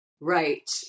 Right